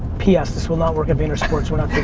p s. this will not work at vayner sports.